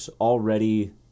already